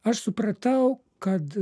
aš supratau kad